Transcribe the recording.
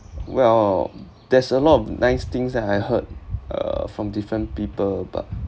well there's a lot of nice things that I heard uh from different people but